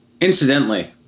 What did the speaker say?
Incidentally